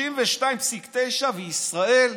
37.9%; וישראל,